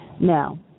Now